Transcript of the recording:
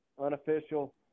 unofficial